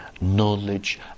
knowledge